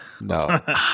no